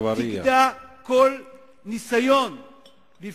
ואלה שרצו להפציץ אותו?